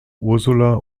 ursula